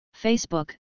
Facebook